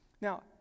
Now